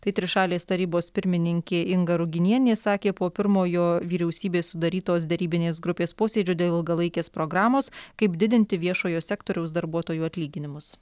tai trišalės tarybos pirmininkė inga ruginienė sakė po pirmojo vyriausybės sudarytos derybinės grupės posėdžio dėl ilgalaikės programos kaip didinti viešojo sektoriaus darbuotojų atlyginimus